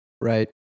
Right